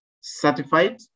certified